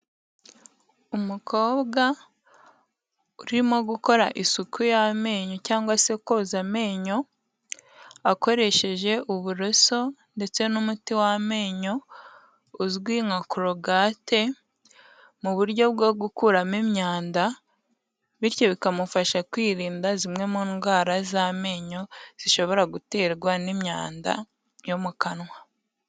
Umukobwa urimo gukora isuku y'amenyo cyangwa se koza amenyo, akoresheje uburoso ndetse n'umuti w'amenyo uzwi nka korogate, mu buryo bwo gukuramo imyanda bityo bikamufasha kwirinda zimwe mu ndwara z'amenyo zishobora guterwa n'imyanda yo mu kanwa.